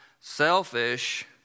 selfish